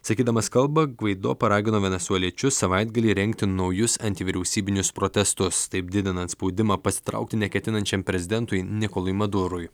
sakydamas kalbą gvaido paragino venesueliečius savaitgalį rengti naujus antivyriausybinius protestus taip didinant spaudimą pasitraukti neketinančiam prezidentui nikolui madurui